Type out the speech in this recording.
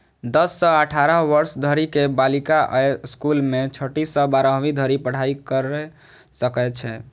दस सं अठारह वर्ष धरि के बालिका अय स्कूल मे छठी सं बारहवीं धरि पढ़ाइ कैर सकै छै